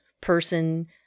person